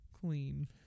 clean